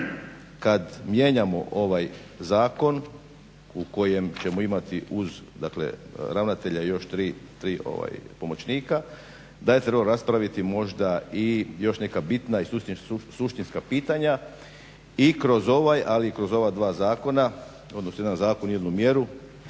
kada mijenjamo ovaj zakon u kojem ćemo imati uz ravnatelja i tri pomoćnika da je trebalo raspraviti možda i još neka bitna i suštinska pitanja i kroz ovaj ali i kroz ova dva zakona odnosno jedan zakon i jednu mjeru